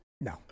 No